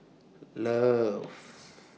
loves